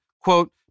quote